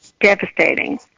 devastating